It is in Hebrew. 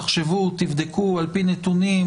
תחשבו ותבדקו על-פי נתונים,